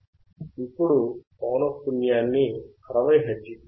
ఇప్పుడు పౌనఃపున్న్యాన్ని 60 హెర్ట్జ్ కి పెంచుదాం